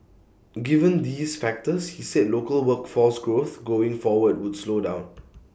given these factors he said local workforce growth going forward would slow down